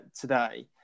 today